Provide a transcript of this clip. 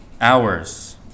hours